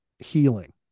healing